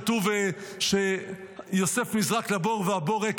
כתוב שיוסף נזרק לבור והבור ריק,